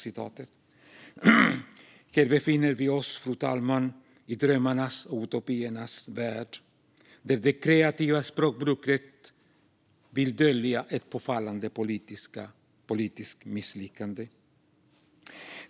Här befinner vi oss, fru talman, i drömmarnas och utopiernas värld, där det kreativa språkbruket är avsett att dölja ett uppenbart politiskt misslyckande.